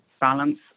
balance